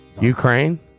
Ukraine